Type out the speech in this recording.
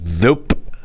nope